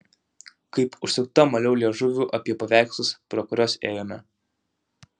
kaip užsukta maliau liežuviu apie paveikslus pro kuriuos ėjome